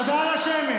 תודה על השמן.